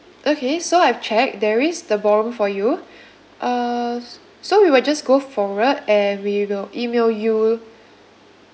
okay so I've checked there is the ballroom for you uh s~ so we will just go forward and we will email you